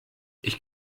ich